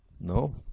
No